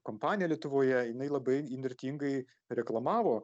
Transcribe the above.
kompanija lietuvoje jinai labai įnirtingai reklamavo